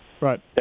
Right